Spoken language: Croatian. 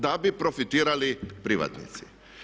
Da bi profitirali privatnici.